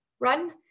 run